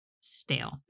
stale